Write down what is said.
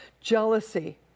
Jealousy